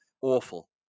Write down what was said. awful